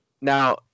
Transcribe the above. Now